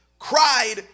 Cried